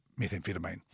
methamphetamine